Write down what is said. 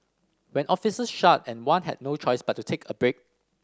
when offices shut and one had no choice but to take a break